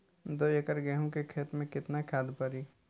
दो एकड़ गेहूँ के खेत मे केतना खाद पड़ी?